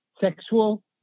sexual